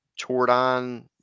Tordon